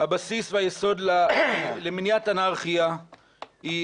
הבסיס והיסוד למניעת אנרכיה היא